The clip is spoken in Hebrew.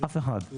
אף אחד.